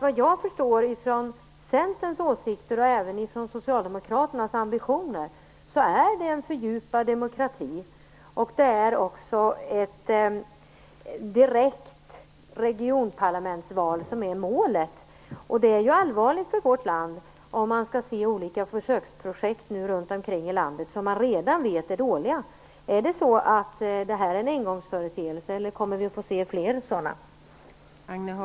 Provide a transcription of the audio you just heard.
Vad jag förstår av Centerns åsikter och även av Socialdemokraternas ambitioner är det en fördjupad demokrati och också ett direkt regionparlamentsval som är målet. Det är allvarligt för vårt land om man nu runt omkring i landet skall se olika försöksprojekt som man redan vet är dåliga. Är det här en engångsföreteelse, eller kommer vi att få se fler sådana?